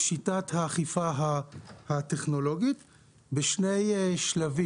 האכיפה הטכנולוגית בשני שלבים.